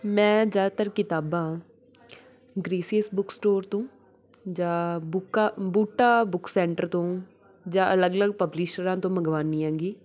ਮੈਂ ਜ਼ਿਆਦਾਤਰ ਕਿਤਾਬਾਂ ਗਰੀਸੀਅਸ ਬੁੱਕ ਸਟੋਰ ਤੋਂ ਜਾਂ ਬੁੱਕਾ ਬੂਟਾ ਬੁੱਕ ਸੈਂਟਰ ਤੋਂ ਜਾਂ ਅਲੱਗ ਅਲੱਗ ਪਬਲਿਸ਼ਰਾਂ ਤੋਂ ਮੰਗਵਾਉਂਦੀ ਹੈਗੀ